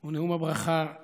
הוא נאום הברכה לאיתמר.